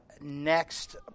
next